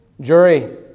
jury